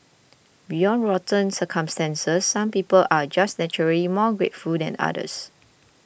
beyond rotten circumstances some people are just naturally more grateful than others